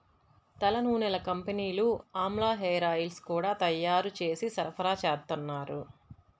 తలనూనెల కంపెనీలు ఆమ్లా హేరాయిల్స్ గూడా తయ్యారు జేసి సరఫరాచేత్తన్నారు